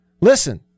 Listen